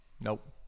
Nope